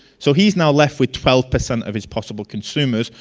so he's now left with twelve percent of his possible consumers,